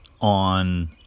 on